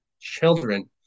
children